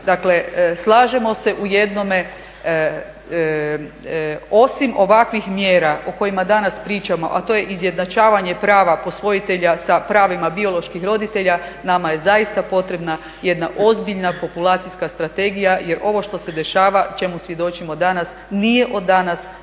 Dakle, slažemo se u jednome. Osim ovakvih mjera o kojima danas pričamo, a to je izjednačavanje prava posvojitelja sa pravima bioloških roditelja nama je zaista potrebna jedna ozbiljna populacijska strategija, jer ovo što se dešava čemu svjedočimo danas nije od danas nego